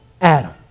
Adam